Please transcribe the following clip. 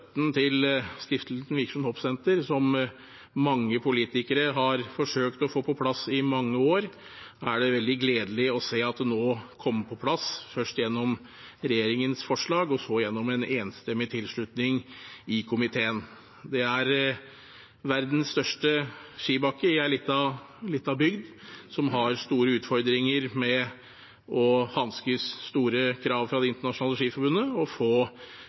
Støtten til Stiftelsen Vikersund Hoppsenter, som mange politikere har forsøkt å få på plass i mange år, er det veldig gledelig å se nå kommer på plass, først gjennom regjeringens forslag og så gjennom en enstemmig tilslutning i komiteen. Det er verdens største skibakke i en liten bygd som har store utfordringer med å hanskes med store krav fra Det internasjonale skiforbundet og